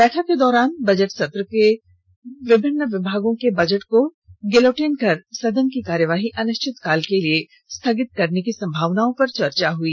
बैठक के दौरान बजट सत्र के दौरान विभागों के बजट को गिलोटिन कर सदन की कार्यवाही अनिश्चित काल के लिए स्थगित करने की संभावनाओं पर चर्चा हुई